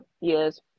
Yes